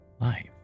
life